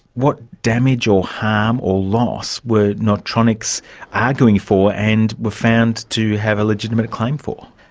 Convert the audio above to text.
what damage or harm or loss were nautronix arguing for, and were found to have a legitimate claim for?